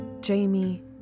Jamie